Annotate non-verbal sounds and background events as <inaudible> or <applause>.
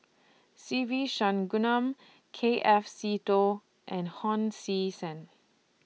Se Ve <unintelligible> K F Seetoh and Hon Sui Sen